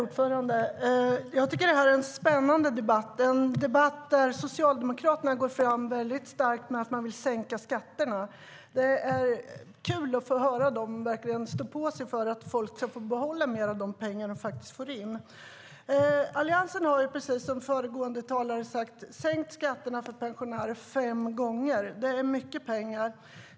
Herr talman! Det här är en spännande debatt. Det är en debatt där Socialdemokraterna går fram hårt med att de vill sänka skatterna. Det är kul att få höra dem försvara att folk ska få behålla mer av de pengar de faktiskt tjänar. Alliansen har, precis som tidigare talare sagt, sänkt skatten för pensionärer fem gånger. Det handlar om mycket pengar.